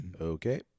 Okay